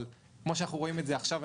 כמו שאנחנו רואים את זה עכשיו,